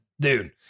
dude